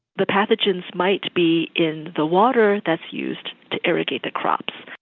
the pathogens might be in the water that's used to irrigate the crops,